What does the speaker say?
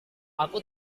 aku